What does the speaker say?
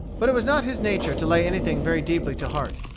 but it was not his nature to lay anything very deeply to heart.